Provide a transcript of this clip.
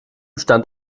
stand